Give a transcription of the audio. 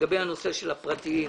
לגבי הנושא של הפרטיים,